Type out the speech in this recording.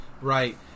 Right